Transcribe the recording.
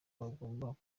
yagombaga